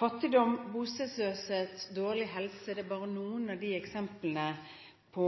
Fattigdom, bostedsløshet og dårlig helse er bare noen av eksemplene på